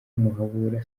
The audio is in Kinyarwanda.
muhabura